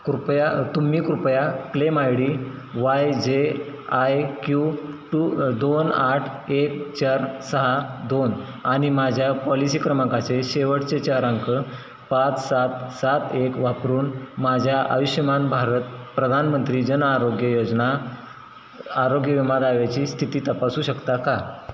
कृपया तुम्ही कृपया claim I D Y J I Q two दोन आठ एक चार सहा दोन आणि माझ्या पॉलिसी क्रमांकाचे शेवटचे चार अंक पाच सात सात एक वापरून माझ्या आयुष्यमान भारत प्रधानमंत्री जनआरोग्य योजना आरोग्य विमा दाव्याची स्थिती तपासू शकता का